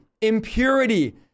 impurity